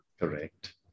Correct